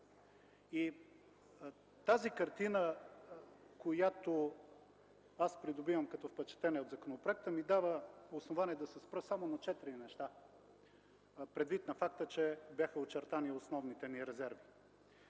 картина. Картината, която придобивам като впечатление от законопроекта, ми дава основание да се спра само на четири неща, предвид на факта, че бяха очертани основните ни резерви.